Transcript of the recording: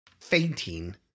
fainting